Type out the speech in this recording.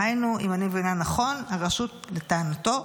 דהיינו, אם אני מבינה נכון, הרשות, לטענתו,